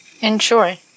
enjoy